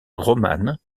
romane